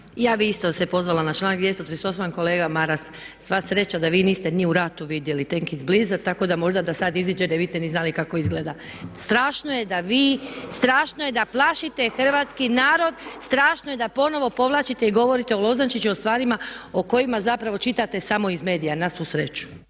Ja bih isto se pozvala na članak 238. Kolega Maras, sva sreća da vi niste ni u ratu vidjeli tenk izbliza tako da možda da sada izađete ne biste ni znali kako izgleda. Strašno je da vi, strašno je da plašite hrvatski narod, strašno je da ponovno povlačite i govorite o Lozančiću i o stvarima o kojima zapravo čitate samo iz medija na svu sreću.